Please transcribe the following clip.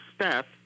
step